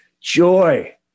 joy